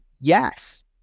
yes